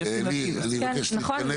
נכון,